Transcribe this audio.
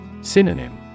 Synonym